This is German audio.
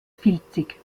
filzig